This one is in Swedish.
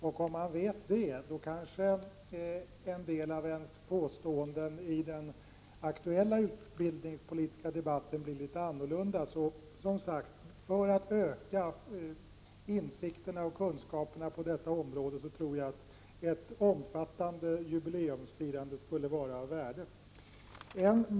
Vet man det, kanske en del av ens påståenden i den aktuella utbildningspolitiska debatten blir litet annorlunda. För att öka insikterna och kunskaperna på detta område tror jag, som sagt, att ett omfattande jubileumsfirande skulle vara av värde.